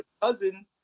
cousin